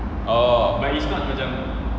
orh